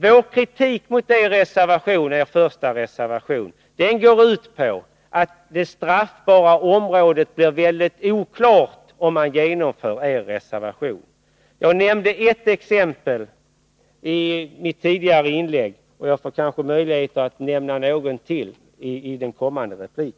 Vår kritik mot er första reservation går ut på att det straffbara området blir väldigt oklart om man genomför det ni föreslår i er reservation. Jag nämnde ett exempel i mitt tidigare inlägg. Jag kanske får tillfälle att nämna något till i min nästa replik.